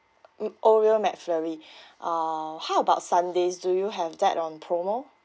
mm oreo mcflurry uh how about sundaes do you have that on promo